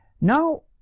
Now